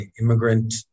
immigrant